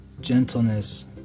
gentleness